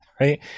Right